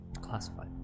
Classified